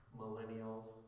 millennials